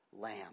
lamb